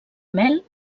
mel